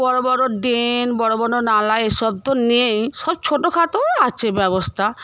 বড়ো বড়ো ড্রেন বড়ো বড়ো নালা এ সব তো নেই সব ছোটোখাটোই আছে ব্যবস্থা